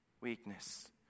weakness